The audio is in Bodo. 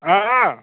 अ